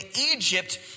Egypt